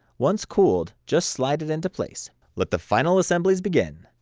once cooled, just slide it into place let the final assemlies begin,